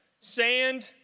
sand